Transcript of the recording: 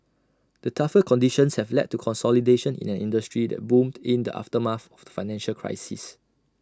the tougher conditions have led to consolidation in an industry that boomed in the aftermath of the financial crisis